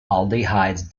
aldehydes